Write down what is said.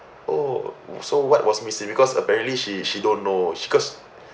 oh so what was missing because apparently she she don't know she cause